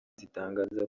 zitangaza